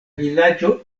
vilaĝo